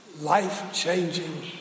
life-changing